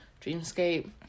Dreamscape